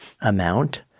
amount